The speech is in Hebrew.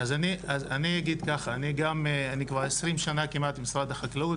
אני כבר 20 שנים כמעט במשרד החקלאות